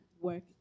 work